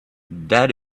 that